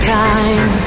time